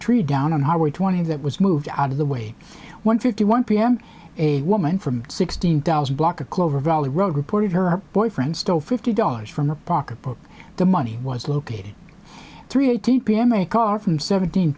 tree down on highway twenty that was moved out of the way one fifty one p m a woman from sixteen thousand block of clover valley road reported her boyfriend stole fifty dollars from her pocketbook the money was located three eighteen p m a car from seventeen